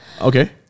Okay